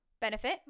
Benefit